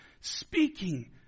speaking